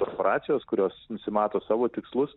korporacijos kurios nusimato savo tikslus